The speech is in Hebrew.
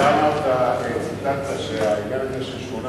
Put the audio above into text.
גם אתה ציטטת שאת העניין הזה של שמונה